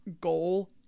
goal